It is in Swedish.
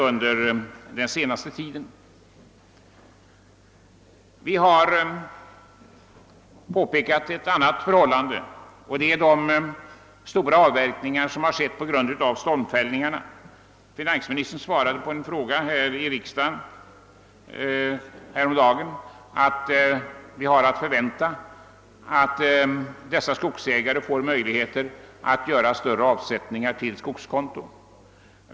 Vi har också tagit upp ett annat förhållande, nämligen de stora avverkningar som skett på grund av stormfällningarna. Finansministern svarade häromdagen på en fråga i denna kammare att vi har att förvänta att de drabbade skogsägarna får möjligheter att göra större avsättningar på skogskonto.